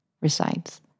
resides